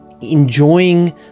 enjoying